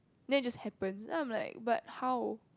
then it just happens then I'm like but how